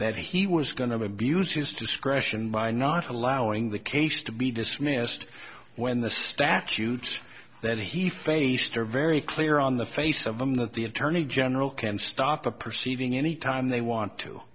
that he was going to abuse his discretion by not allowing the case to be dismissed when the statute that he faced are very clear on the face of them that the attorney general can stop a perceiving any time they want to